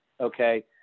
okay